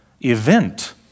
event